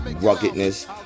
ruggedness